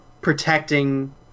protecting